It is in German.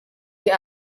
die